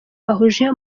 bahuje